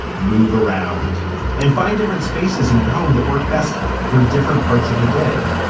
move around and find different spaces in your home that work best for different parts of the day,